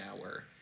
hour